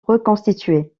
reconstituée